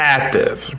active